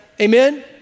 Amen